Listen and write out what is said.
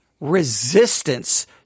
resistance